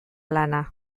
lana